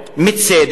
מצדק,